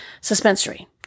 suspensory